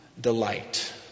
delight